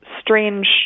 strange